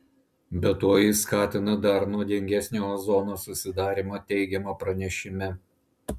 be to jis skatina dar nuodingesnio ozono susidarymą teigiama pranešime